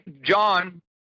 John